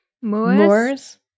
Moors